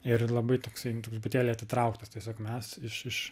ir labaitoksai truputėlį atitrauktas tiesiog mes iš